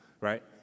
right